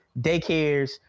daycares